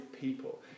people